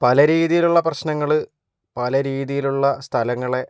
പല രീതിയിലുള്ള പ്രശ്നങ്ങൾ പല രീതിയിലുള്ള സ്ഥലങ്ങളെ